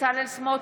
בצלאל סמוטריץ'